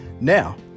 Now